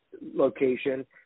location